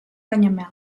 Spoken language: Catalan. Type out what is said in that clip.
canyamel